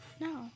No